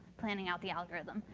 planning out the algorithm.